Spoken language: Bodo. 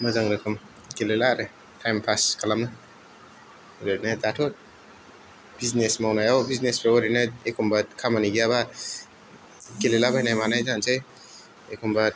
मोजां रोखोम गेलेला आरो टाइम पास खालामो ओरैनो दाथ' बिजनेस मावनायाव बिजनेसाव ओरैनो एखम्बा खामानि गैयाबा गेलेलाबायनाय मानाय जानोसै एखम्बा